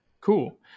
Cool